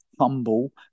humble